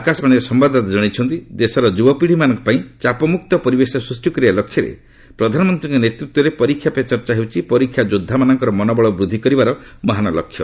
ଆକାଶବାଣୀର ସମ୍ଭାଦଦାତା ଜଣାଇଛନ୍ତି ଦେଶର ଯୁବପିଢି ମାନଙ୍କ ପାଇଁ ଚାପମୁକ୍ତ ପରିବେଶ ସୃଷ୍ଟି କରିବା ଲକ୍ଷ୍ୟରେ ପ୍ରଧାନମନ୍ତ୍ରୀଙ୍କ ନେତୃତ୍ୱରେ ପରୀକ୍ଷା ପେ ଚର୍ଚ୍ଚା ହେଉଛି ପରୀକ୍ଷା ଯୋଦ୍ଧାମାନଙ୍କର ମନୋବଳ ବୃଦ୍ଧି କରିବାର ମହାନ୍ ଲକ୍ଷ୍ୟ